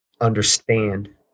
understand